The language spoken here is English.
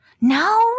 No